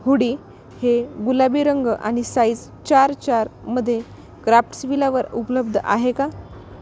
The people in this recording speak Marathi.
हुडी हे गुलाबी रंग आणि साइज चार चारमध्ये क्राफ्ट्सविलावर उपलब्ध आहे का